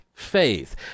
Faith